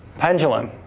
pendulum,